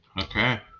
Okay